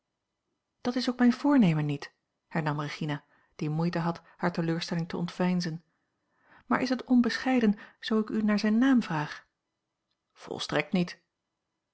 dat is ook mijn voornemen niet hernam regina die moeite had hare teleurstelling te ontveinzen maar is het onbescheiden zoo ik u naar zijn naam vraag volstrekt niet